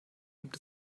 gibt